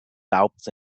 doubts